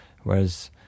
whereas